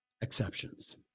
exceptions